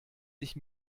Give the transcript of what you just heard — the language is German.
sich